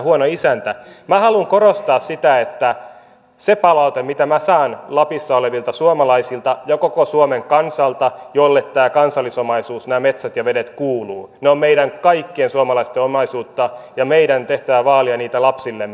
minä haluan korostaa sitä että siinä palautteessa mitä minä saan lapissa olevilta suomalaisilta ja koko suomen kansalta jolle tämä kansallisomaisuus nämä metsät ja vedet kuuluu ne ovat meidän kaikkien suomalaisten omaisuutta ja meidän tehtävämme on vaalia niitä lapsillemme